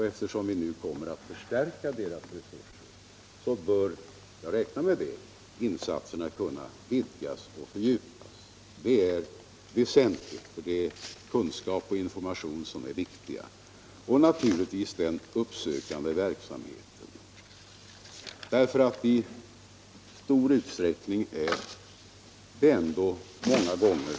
Eftersom vi nu kommer att förstärka deras resurser, räknar jag med att deras insatser skall kunna vidgas och fördjupas. Detta är väsentligt, eftersom kunskap och information är viktiga inslag när det gäller att förhindra narkotikamissbruket liksom aktiviseringen av den uppsökande verksamheten.